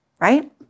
right